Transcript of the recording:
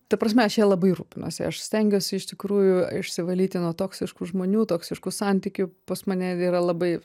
ta prasme aš ja labai rūpinuosi aš stengiuosi iš tikrųjų išsivalyti nuo toksiškų žmonių toksiškų santykių pas mane yra labai